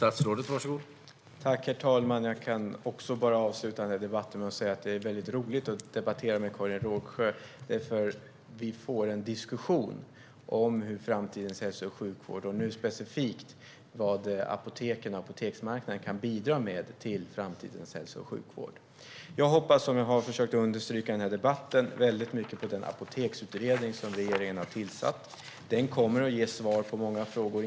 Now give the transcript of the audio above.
Herr talman! Jag kan avsluta debatten med att säga att det är väldigt roligt att debattera med Karin Rågsjö. Vi får en diskussion om framtidens hälso och sjukvård och nu specifikt vad apoteken och apoteksmarknaden kan bidra med till framtidens hälso och sjukvård. Jag hoppas, som jag har försökt understryka i debatten, väldigt mycket på den apoteksutredning som regeringen har tillsatt. Den kommer att ge svar på många frågor.